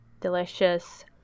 delicious